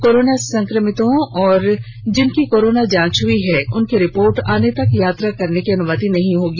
corona संक्रमितों और जिनकी कोरोना जांच हई है उनकी रिपोर्ट आने तक यात्रा करने की अनुमति नहीं होगी